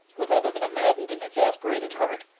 with other than a maddened and exasperated heart,